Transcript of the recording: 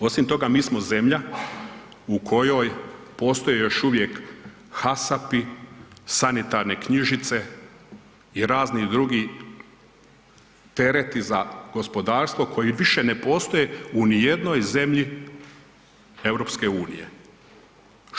Osim toga, mi smo zemlja u kojoj postoji još uvijek HASSAP-i, sanitarne knjižice i razni drugi tereti za gospodarstvo koji više ne postoje u nijednoj zemlji EU-a.